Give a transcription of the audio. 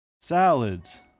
Salads